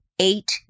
Eight